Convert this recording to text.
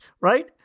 right